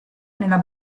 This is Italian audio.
nella